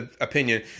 opinion